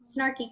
snarky